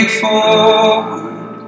forward